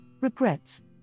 regrets